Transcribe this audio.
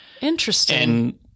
Interesting